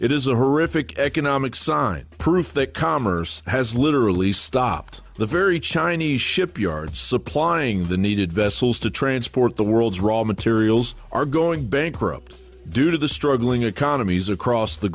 it is a horrific economic sign proof that commerce has literally stopped the very chinese shipyards supplying the needed vessels to transport the world's raw materials are going bankrupt due to the struggling economies across the